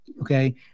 okay